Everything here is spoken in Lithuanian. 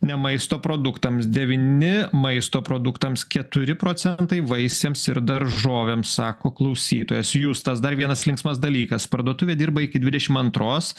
ne maisto produktams devyni maisto produktams keturi procentai vaisiams ir daržovėms sako klausytojas justas dar vienas linksmas dalykas parduotuvė dirba iki dvidešim antros